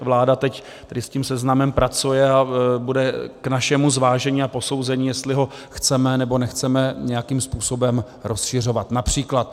Vláda teď tady s tím seznamem pracuje a bude k našemu zvážení a posouzení, jestli ho chceme, nebo nechceme nějakým způsobem rozšiřovat například.